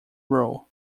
rule